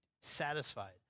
satisfied